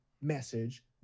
message